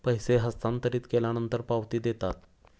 पैसे हस्तांतरित केल्यानंतर पावती देतात